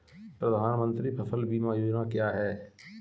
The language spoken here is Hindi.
प्रधानमंत्री फसल बीमा योजना क्या है?